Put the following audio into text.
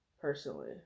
personally